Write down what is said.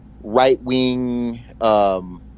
right-wing